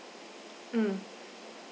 mm